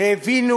העווינו,